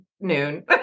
noon